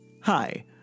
Hi